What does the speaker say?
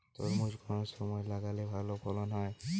তরমুজ কোন সময় লাগালে ভালো ফলন হয়?